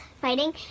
fighting